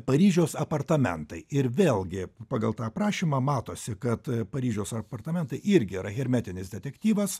paryžiaus apartamentai ir vėlgi pagal tą aprašymą matosi kad paryžiaus apartamentai irgi yra hermetinis detektyvas